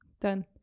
Done